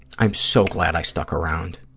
i'm so glad i stuck around,